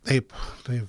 taip taip